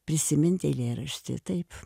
prisimint eilėraštį taip